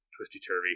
twisty-turvy